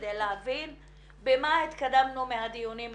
כדי להבין במה התקדמנו מהדיונים הקודמים.